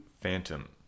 Phantom